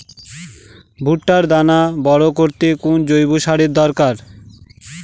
ভুট্টার দানা বড় করতে কোন জৈব সারের দরকার?